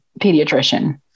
pediatrician